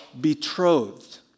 betrothed